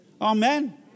Amen